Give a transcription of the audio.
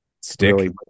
stick